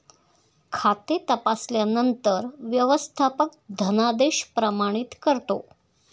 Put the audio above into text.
खाते तपासल्यानंतर व्यवस्थापक धनादेश प्रमाणित करतो